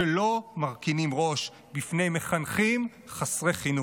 שלא מרכינים ראש בפני מחנכים חסרי חינוך.